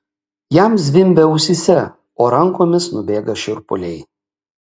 jam zvimbia ausyse o rankomis nubėga šiurpuliai